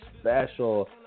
special